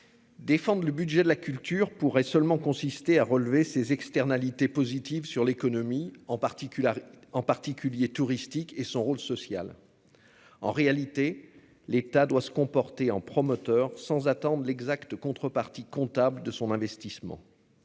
Défendent le budget de la culture pourrait seulement consisté à relever ses externalités positives sur l'économie, en particulier en particulier touristiques et son rôle social, en réalité, l'État doit se comporter en promoteur sans attendent l'exacte contrepartie comptable de son investissement,